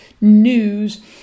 news